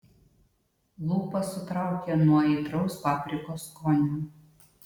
lūpas sutraukė nuo aitraus paprikos skonio